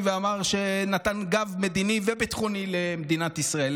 ונתן גב מדיני וביטחוני למדינת ישראל.